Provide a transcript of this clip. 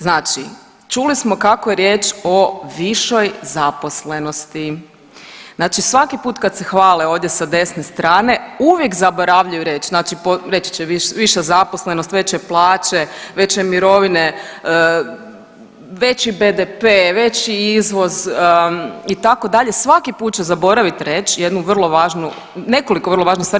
Znači, čuli smo kako je riječ o višoj zaposlenosti, znači svaki put kad se hvale ovdje sa desne strane uvijek zaboravljaju reći, znači reći će viša zaposlenost, veće plaće, veće mirovine, veći BDP, veći izvoz itd., svaki put će zaboravit reć jednu vrlo važnu nekoliko važnih stvari.